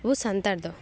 ᱟᱵᱚ ᱥᱟᱱᱛᱟᱲ ᱫᱚ